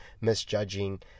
misjudging